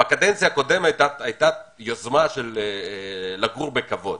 בקדנציה הקודמת היתה יוזמה של לגור בכבוד